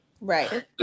right